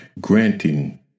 granting